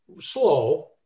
slow